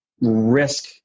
risk